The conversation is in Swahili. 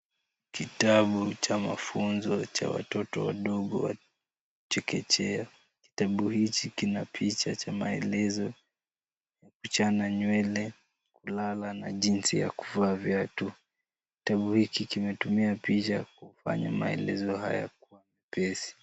Kitabu cha mafunzo cha watoto wadogo wa chekechea. Kitabu hiki kina picha za maelezo, akichana nywele na kulala na jinsi ya kuvaa viatu. Kitabu hiki kimetumia picha kufanya maelezo upesi.